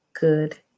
good